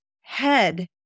head